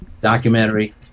documentary